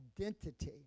identity